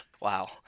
Wow